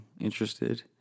interested